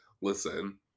listen